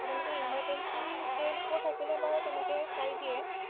সাধাৰণতে ইমাৰজেন্সী কেচবোৰ থাকিলে বাৰু তেনেকে চাই দিয়ে